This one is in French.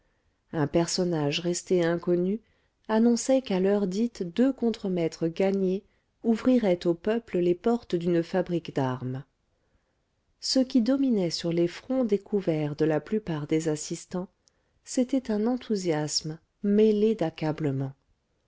un personnage resté inconnu annonçait qu'à l'heure dite deux contremaîtres gagnés ouvriraient au peuple les portes d'une fabrique d'armes ce qui dominait sur les fronts découverts de la plupart des assistants c'était un enthousiasme mêlé